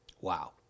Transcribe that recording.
Wow